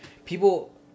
People